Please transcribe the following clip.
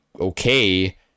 okay